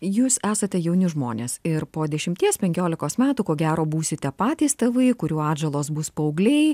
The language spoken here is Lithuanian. jūs esate jauni žmonės ir po dešimties penkiolikos metų ko gero būsite patys tėvai kurių atžalos bus paaugliai